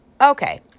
Okay